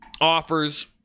offers